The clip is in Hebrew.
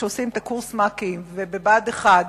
כשעושים את קורס מ"כים ובבה"ד 1,